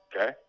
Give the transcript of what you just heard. Okay